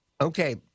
Okay